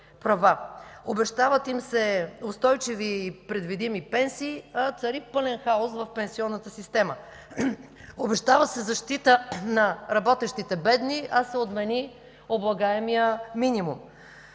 Обещават им се устойчиви и предвидими пенсии, а цари пълен хаос в пенсионната система. Обещава се защита на работещите бедни, а се отмени облагаемият минимум.